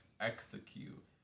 execute